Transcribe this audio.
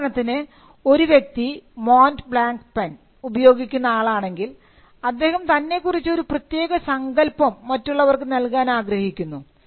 ഉദാഹരണത്തിന് ഒരു വ്യക്തി മോണ്ട് ബ്ലാങ്ക് പെൻ ഉപയോഗിക്കുന്ന ആളാണെങ്കിൽ അദ്ദേഹം തന്നെക്കുറിച്ച് ഒരു പ്രത്യേക സങ്കല്പം മറ്റുള്ളവർക്ക് നൽകുവാൻ ആഗ്രഹിക്കുന്നു